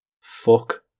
Fuck